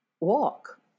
walk